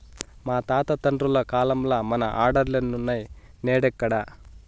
మా తాత తండ్రుల కాలంల మన ఆర్డర్లులున్నై, నేడెక్కడ